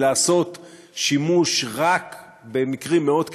לעשות שימוש רק במקרים מאוד קיצוניים.